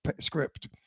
script